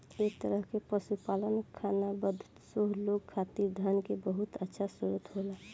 एह तरह के पशुपालन खानाबदोश लोग खातिर धन के बहुत अच्छा स्रोत होला